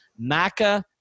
Maca